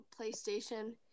PlayStation